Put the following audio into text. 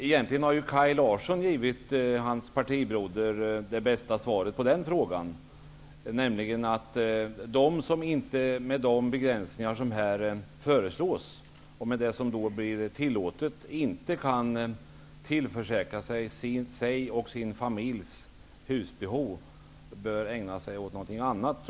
Egentligen har Kaj Larsson redan givit sin partikamrat det bästa svaret på den frågan, nämligen ungefär att de som inte med de begränsningar som här föreslås och med det som då blir tillåtet kan tillförsäkra sig sin familjs husbehov bör ägna sig åt någonting annat.